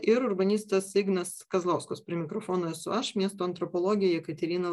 ir urbanistas ignas kazlauskas prie mikrofono esu aš miesto antropologė jekaterina